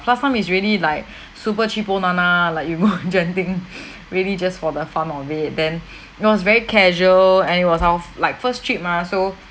last time it's really like super cheapo na na like you go genting really just for the fun of it then it was very casual and it was how f~ like first trip mah so